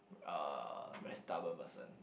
a very stubborn person